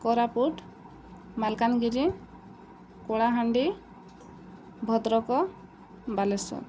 Koraput Malkangiri Kalahandi Bhadrak Balasore